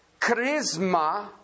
charisma